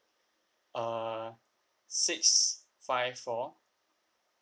err six five four